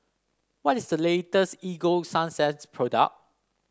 what is the latest Ego Sunsense product